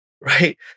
right